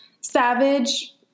Savage